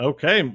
Okay